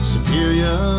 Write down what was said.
Superior